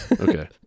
Okay